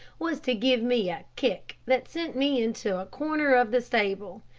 was to give me a kick that sent me into a corner of the stable.